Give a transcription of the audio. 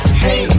hey